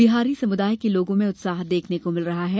बिहारी समुदाय के लोगों में उत्साह देखने को मिल रहा है